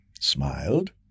smiled